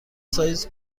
سایز